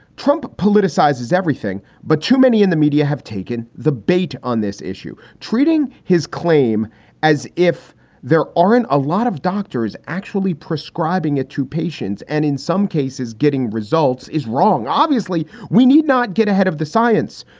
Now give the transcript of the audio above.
trump politicizes everything, but too many in the media have taken the bait on this issue. treating his claim as if there aren't a lot of doctors actually prescribing it to patients and in some cases getting results is wrong. obviously we need not get ahead of the science.